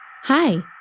Hi